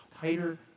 tighter